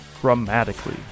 dramatically